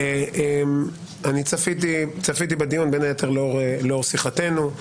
צפיתי בדיון, בין היתר לאור שיחתנו.